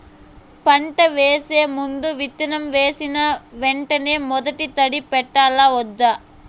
పంట వేసే ముందు, విత్తనం వేసిన వెంటనే మొదటి తడి పెట్టాలా వద్దా?